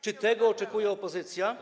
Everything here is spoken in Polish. Czy tego oczekuje opozycja?